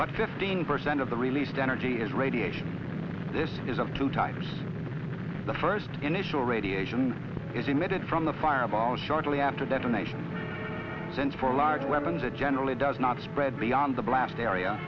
but fifteen percent of the released energy is radiation this is of two times the first initial radiation is emitted from the fireball shortly after that the nation sent for large weapons it generally does not spread beyond the blast area